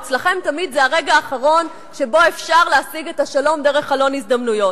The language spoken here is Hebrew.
אצלכם תמיד זה הרגע האחרון שבו אפשר להשיג את השלום דרך חלון הזדמנויות.